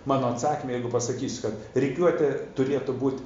mano atsakyme jeigu pasakysiu kad rikiuotė turėtų būt